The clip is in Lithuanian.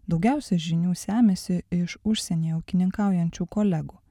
daugiausia žinių semiasi iš užsienyje ūkininkaujančių kolegų